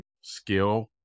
skill